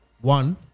one